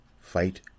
Fight